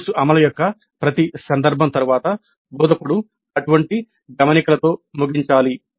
course అమలు యొక్క ప్రతి సందర్భం తరువాత బోధకుడు అటువంటి గమనికలతో ముగించాలి